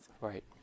Right